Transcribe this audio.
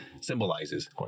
symbolizes